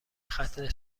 ختنه